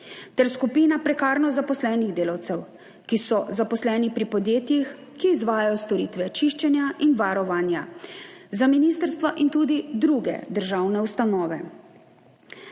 ter skupina prekarno zaposlenih delavcev, ki so zaposleni pri podjetjih, ki izvajajo storitve čiščenja in varovanja za ministrstva in tudi druge državne ustanove.